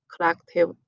collective